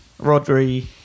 Rodri